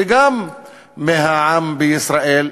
וגם אצל העם בישראל,